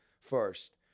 first